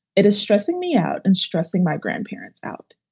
it is stressing me out and stressing my grandparents out.